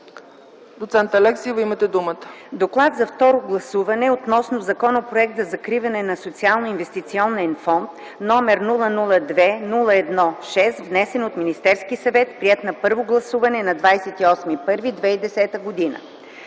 доц. Алексиева. Имате думата.